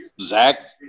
Zach